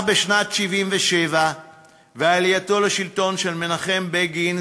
בשנת 1977 ועלייתו לשלטון של מנחם בגין,